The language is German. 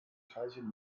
teilchen